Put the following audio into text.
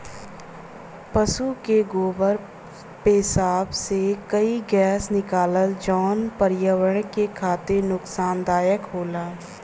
पसु के गोबर पेसाब से कई गैस निकलला जौन पर्यावरण के खातिर नुकसानदायक होला